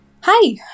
Hi